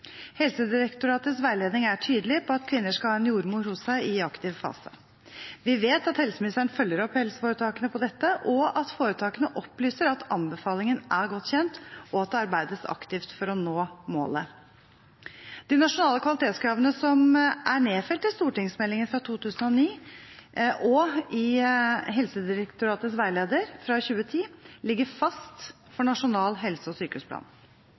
Helsedirektoratets veiledning er tydelig på at kvinner skal ha en jordmor hos seg i aktiv fase. Vi vet at helseministeren følger opp helseforetakene på dette, og at foretakene opplyser at anbefalingen er godt kjent, og at det arbeides aktivt for å nå målet. De nasjonale kvalitetskravene som er nedfelt i stortingsmeldingen om fødselsomsorg fra 2009 og i Helsedirektoratets veileder fra 2010, ligger fast for Nasjonal helse- og sykehusplan.